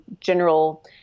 general